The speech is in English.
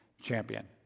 champion